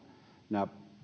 nämä